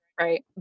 Right